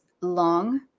long